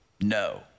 no